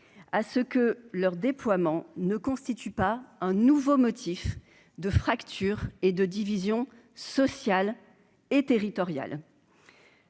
à ce que leur déploiement ne constitue pas un nouveau motif de fractures et de divisions sociales et territoriales.